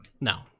No